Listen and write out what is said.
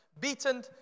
beaten